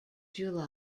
july